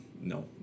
no